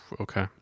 okay